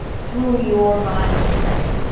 through your body expression.